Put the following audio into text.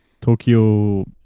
Tokyo